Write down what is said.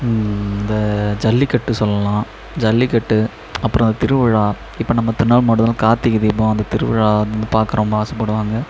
இந்த ஜல்லிக்கட்டு சொல்லலாம் ஜல்லிக்கட்டு அப்புறம் திருவிழா இப்போ நம்ம திருவண்ணாமலை மாவட்டத்திலலாம் கார்த்திகை தீபம் அந்த திருவிழா அந்தமாரி பார்க்க ரொம்ப ஆசைப்படுவாங்க